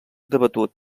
debatut